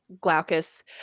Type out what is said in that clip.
Glaucus